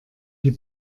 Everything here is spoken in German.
die